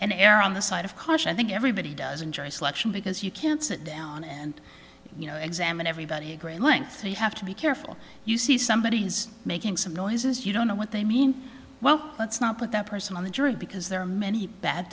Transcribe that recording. err on the side of caution i think everybody does in jury selection because you can't sit down and you know examine everybody a great length you have to be careful you see somebody is making some noises you don't know what they mean well let's not put that person on the jury because there are many bad